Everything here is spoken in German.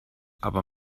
aber